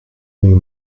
being